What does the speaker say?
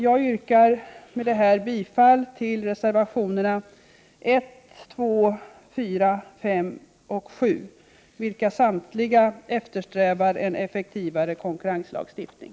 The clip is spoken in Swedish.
Jag yrkar med det här bifall till reservationerna 1, 2,4, 5 och 7. I samtliga dessa eftersträvas en effektivare konkurrenslagstiftning.